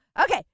Okay